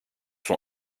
son